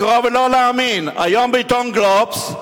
לקרוא ולא להאמין, היום, בעיתון "גלובס"